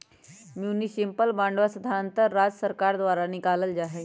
municipal बांडवा साधारणतः राज्य सर्कार द्वारा निकाल्ल जाहई